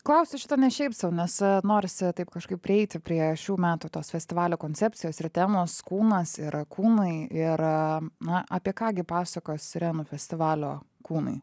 klausiu šito ne šiaip sau nes norisi taip kažkaip prieiti prie šių metų tos festivalio koncepcijos ir temos kūnas ir kūnai ir na apie ką gi pasakos sirenų festivalio kūnai